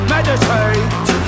Meditate